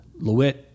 LeWitt